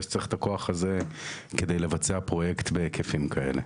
שצריך את הכוח הזה כדי לבצע פרויקט בהיקפים כאלה.